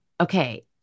okay